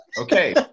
Okay